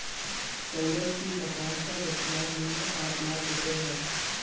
सौरभ के मकान का वर्तमान मूल्य आठ लाख रुपये है